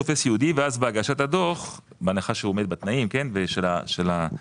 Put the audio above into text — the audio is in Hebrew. טופס ייעוד ואז בהגשת הדוח בהנחה שהוא עומד בתנאים כן של ההשקעה,